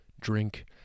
Drink